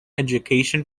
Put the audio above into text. education